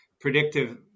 predictive